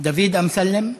דוד אמסלם,